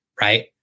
right